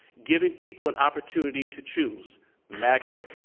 giving people an opportunity to choose magnet,